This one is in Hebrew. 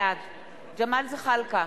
בעד ג'מאל זחאלקה,